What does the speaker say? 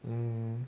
um